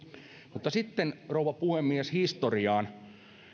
sitten rouva puhemies historiaan